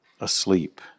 asleep